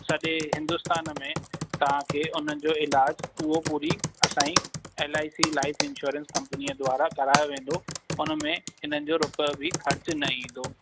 सॼे हिंदुस्तान में तव्हांखे उन्हनिजो इलाज़ु उहो पूरी असांजी L I C life insurance कंपनीअ द्वारा करायो वेंदो उनमें इन्हनि जो रुपयो बि ख़र्चु न ईंदो